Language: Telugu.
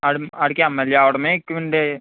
వాడు వాడికి ఎంఎల్ఏ అవడమే ఎక్కువండి